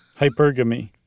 Hypergamy